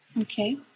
Okay